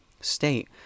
state